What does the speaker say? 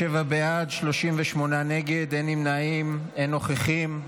27 בעד, 38 נגד, אין נמנעים, אין נוכחים.